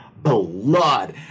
Blood